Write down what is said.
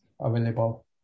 available